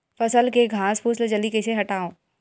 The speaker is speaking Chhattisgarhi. फसल के घासफुस ल जल्दी कइसे हटाव?